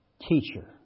teacher